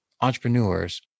entrepreneurs